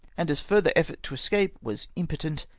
and as further effort to escape was impotent,